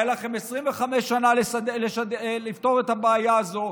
היו לכם 25 שנים לפתור את הבעיה הזאת.